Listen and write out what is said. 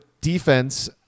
defense